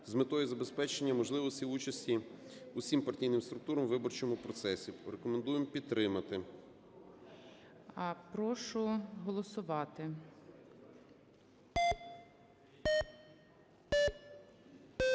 з метою забезпечення можливості участі усім партійним структурам у виборчому процесі. Рекомендуємо підтримати. ГОЛОВУЮЧИЙ. Прошу голосувати.